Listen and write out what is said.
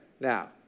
Now